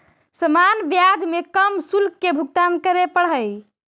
सामान्य ब्याज में कम शुल्क के भुगतान करे पड़ऽ हई